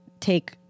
take